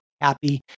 happy